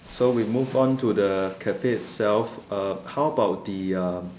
so we move on to the cafe itself uh how about the um